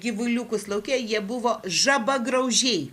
gyvuliukus lauke jie buvo žabagraužiai